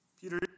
Peter